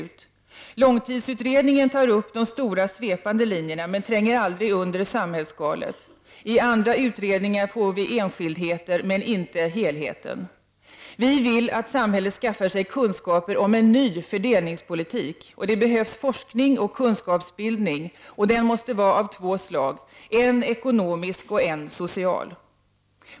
Långtidsutredningen berör de stora svepande linjerna, men tränger aldrig under samhällsskalet så att säga. I andra utredningar finner vi enskildheter men inte helheten. Vi i vpk vill att samhället skaffar sig kunskaper om en ny fördelningspolitik. Det behövs forskning och kunskapsbildning, och denna bör vara av två slag: en ekonomisk och en social.